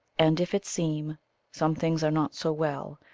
and if it seem some things are not so well,